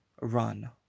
Run